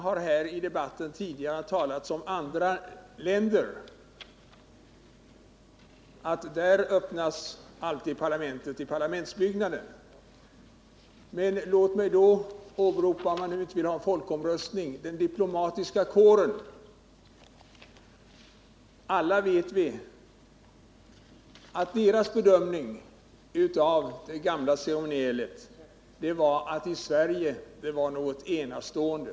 Här har i debatten tidigare talats om att i andra länder öppnas alltid parlamentet i parlamentsbyggnaden. Låt mig därför — om man nu inte vill ha folkomröstning — åberopa den diplomatiska kåren. Vi vet alla att dess bedömning av det gamla svenska ceremonielet var att det var något enastående.